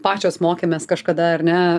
pačios mokėmės kažkada ar ne